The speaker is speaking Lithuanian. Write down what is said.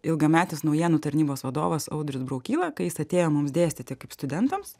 ilgametis naujienų tarnybos vadovas audrius braukyla kai jis atėjo mums dėstyti kaip studentams